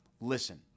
Listen